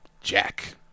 Jack